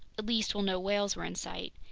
at least while no whales were in sight.